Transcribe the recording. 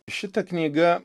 šita knyga